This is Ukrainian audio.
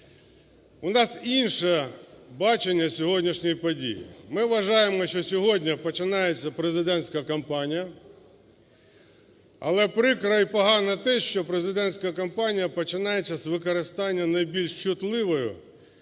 У нас інше бачення сьогоднішньої події. Ми вважаємо, що сьогодні починається президентська кампанія. Але прикро і погано те, що президентська кампанія починається з використання найбільш чутливої